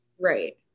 right